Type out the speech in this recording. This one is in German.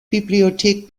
bibliothek